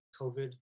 COVID